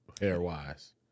hair-wise